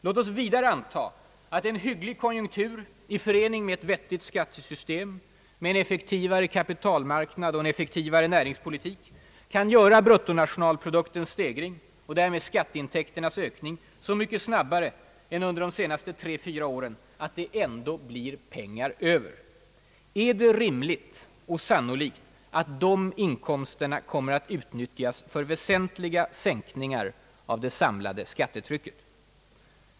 Låt oss vidare anta att en hygglig konjunktur i förening med ett vettigt skattesystem med en effektivare kapitalmarknad och näringspolitik kan göra bruttonationalproduktens stegring — och därmed skatteintäkternas ökning — så mycket snabbare än under de senaste tre, fyra åren att det ändå blir pengar över. Är det rimligt och sannolikt att dessa inkomster kommer att utnyttjas för väsentliga sänkningar av det samlade skattetrycket?